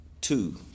two